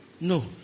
No